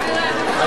נתקבלה.